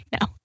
no